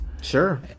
Sure